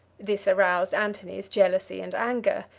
this aroused antony's jealousy and anger.